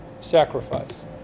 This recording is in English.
sacrifice